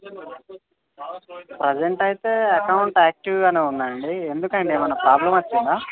present అయితే account యాక్టివ్గానే ఉంది అండి ఎందుకండి ఏమైనా ప్రాబ్లం వచ్చిందా